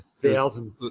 thousand